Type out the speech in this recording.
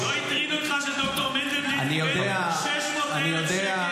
לא הטריד אותך שהיועץ המשפטי קיבל 600,000 שקל.